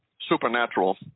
supernatural